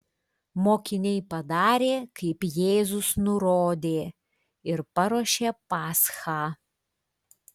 mokiniai padarė kaip jėzus nurodė ir paruošė paschą